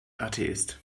atheist